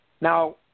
Now